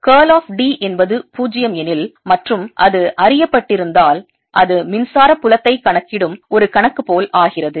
curl of D என்பது 0 எனில் மற்றும் அது அறியப்பட்டிருந்தால் அது மின்சார புலத்தை கணக்கிடும் ஒரு கணக்கு போல் ஆகிறது